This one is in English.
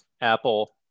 Apple